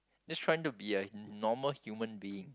just trying to be a n~ normal human being